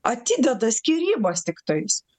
atideda skyrybas tiktais